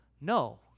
No